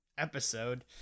episode